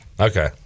okay